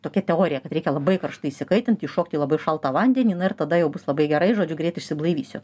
tokia teorija kad reikia labai karštai įsikaitint įšokti į labai šaltą vandenį na ir tada jau bus labai gerai žodžiu greit išsiblaivysiu